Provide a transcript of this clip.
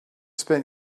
spent